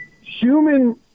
human